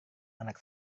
anak